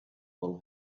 will